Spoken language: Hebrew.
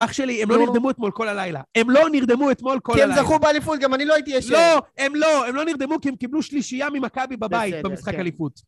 אח שלי, הם לא נרדמו אתמול כל הלילה. הם לא נרדמו אתמול כל הלילה. הם זכו באליפות, גם אני לא הייתי ישן. לא, הם לא, הם לא נרדמו כי הם קיבלו שלישייה ממכבי בבית במשחק אליפות.